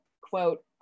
quote